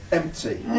empty